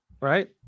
right